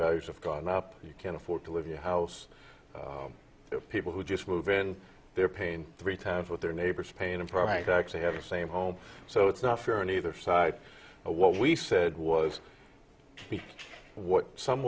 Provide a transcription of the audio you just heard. values have gone up you can't afford to have your house the people who just move in their pain three times with their neighbors paying a price to actually have the same home so it's not fair on either side what we said was what some